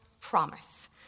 promise